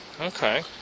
Okay